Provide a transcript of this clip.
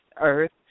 Earth